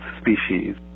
species